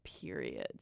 periods